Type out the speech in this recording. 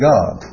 God